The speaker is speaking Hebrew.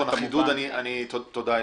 תודה.